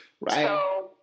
Right